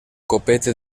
copete